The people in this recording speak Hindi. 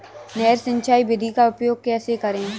नहर सिंचाई विधि का उपयोग कैसे करें?